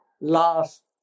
last